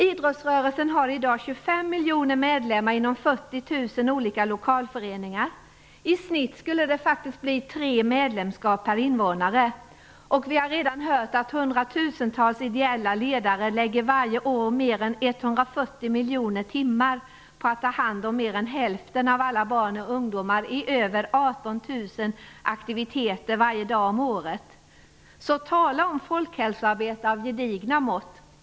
Idrottsrörelsen har i dag 25 miljoner medlemmar inom 40 000 olika lokalföreningar. I snitt skulle det faktiskt bli tre medlemskap per invånare. Vi har redan hört att hundratusentals ideella ledare varje år lägger mer än 140 miljoner timmar på att ta hand om mer än hälften av alla barn och ungdomar i över 18 000 aktiviteter varje dag året om. Tala om folkhälsoarbete av gedigna mått!